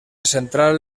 central